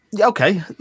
Okay